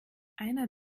einer